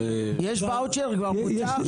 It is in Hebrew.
יש ואוצ'ר, כבר בוצע?